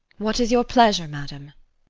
what is your pleasure, madam?